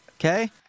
Okay